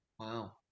Wow